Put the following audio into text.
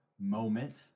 Moment